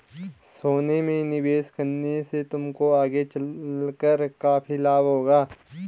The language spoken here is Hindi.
सोने में निवेश करने से तुमको आगे चलकर काफी लाभ होगा